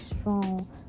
strong